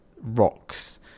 rocks